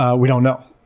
ah we don't know.